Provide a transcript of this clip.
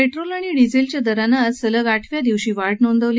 petrol आणि डिझेलच्या दरानं आज सलग आठव्या दिवशी वाढ नोंदवली आहे